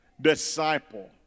Disciple